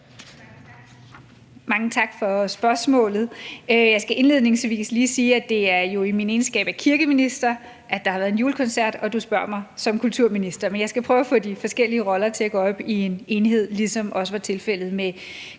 Mange tak for spørgsmålet. Jeg skal indledningsvis lige sige, at det jo er i min egenskab af kirkeminister, at der har været en julekoncert, og du spørger mig i min egenskab af kulturminister. Men jeg skal prøve at få de forskellige roller til at gå op i en enhed, ligesom det også var tilfældet med koncerten.